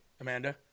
Amanda